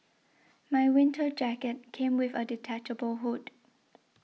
my winter jacket came with a detachable hood